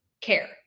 care